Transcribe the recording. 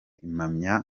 imyanya